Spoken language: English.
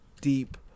deep